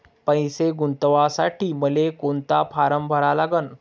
पैसे गुंतवासाठी मले कोंता फारम भरा लागन?